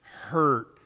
hurt